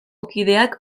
kideak